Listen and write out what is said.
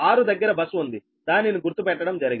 ఆరు దగ్గర బస్ ఉంది దానిని గుర్తు పెట్టడం జరిగింది